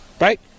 right